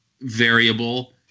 variable